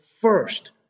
first